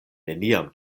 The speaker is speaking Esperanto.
neniam